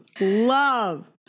Love